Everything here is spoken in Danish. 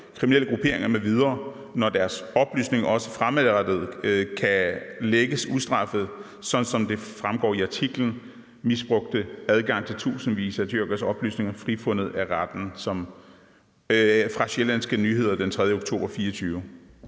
kriminelle grupperinger m.v., når deres oplysninger også fremadrettet kan lækkes ustraffet, sådan som det fremgår i artiklen »Misbrugte adgang til tusindvis af tyrkeres oplysninger – frifundet af retten« fra Sjællandske Nyheder den 3. oktober 2024?